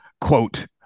quote